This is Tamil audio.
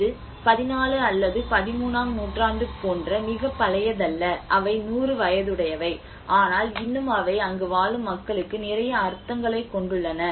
இது 14 அல்லது 13 ஆம் நூற்றாண்டு போன்ற மிகப் பழையதல்ல அவை 100 வயதுடையவை ஆனால் இன்னும் அவை அங்கு வாழும் மக்களுக்கு நிறைய அர்த்தங்களைக் கொண்டுள்ளன